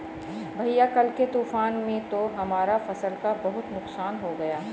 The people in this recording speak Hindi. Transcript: भैया कल के तूफान में तो हमारा फसल का बहुत नुकसान हो गया